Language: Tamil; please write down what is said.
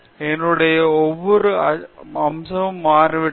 என்னுடைய ஒவ்வொரு அம்சமும் மாறிவிட்டது